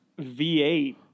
v8